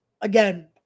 again